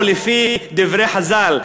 או לפי דברי חז"ל,